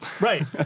Right